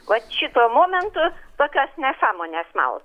vat šituo momentu pakaks nesąmones malt